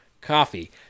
coffee